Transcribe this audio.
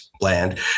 Land